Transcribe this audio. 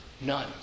none